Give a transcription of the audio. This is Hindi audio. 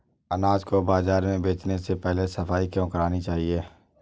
अनाज को बाजार में बेचने से पहले सफाई क्यो करानी चाहिए?